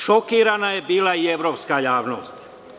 Šokirana je bila i evropska javnost.